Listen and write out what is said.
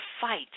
fight